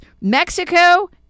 Mexico